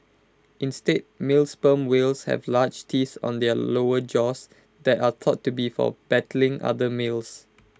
instead male sperm whales have large teeth on their lower jaws that are thought to be for battling other males